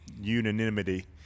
unanimity